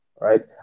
right